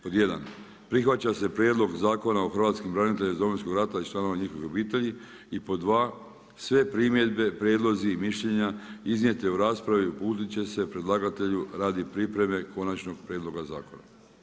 Pod 1 prihvaća se prijedlog Zakona o hrvatskim branitelja iz domovinskog rata i članova njihove obitelji i pod 2, sve primjedbe, prijedlozi i mišljenja iznijeti u raspravi, uputiti će se predlagatelju radi pripreme konačnog prijedloga zakona.